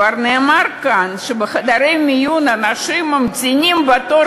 כבר נאמר כאן שאנשים ממתינים בתור